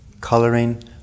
coloring